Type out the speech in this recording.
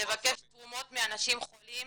לבקש תרומות מאנשים חולים